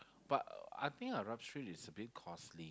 but I think Arab Street is a bit costly